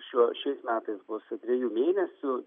šiuo šiais metais bus dviejų mėnesių